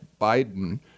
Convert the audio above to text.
Biden